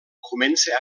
comença